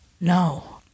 No